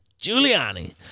Giuliani